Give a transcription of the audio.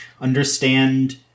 understand